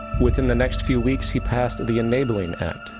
within the next few weeks he passed the enabling act,